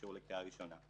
האישור לקריאה ראשונה.